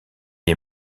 est